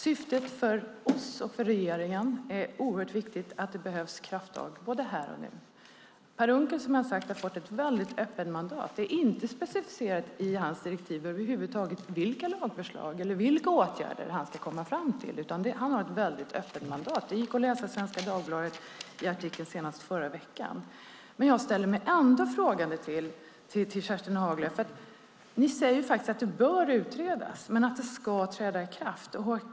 Syftet för oss och för regeringen är att detta är oerhört viktigt och att det behövs krafttag här och nu. Per Unckel har som sagt fått ett väldigt öppet mandat. Det är inte över huvud taget inte specificerat i hans direktiv vilka lagförslag eller åtgärder han ska komma fram till, utan han har ett väldigt öppet mandat. Det gick att läsa i Svenska Dagbladet i en artikel senast i förra veckan. Jag ställer mig ändå frågande till Kerstin Haglö, för ni säger att det här bör utredas men att det ska träda i kraft.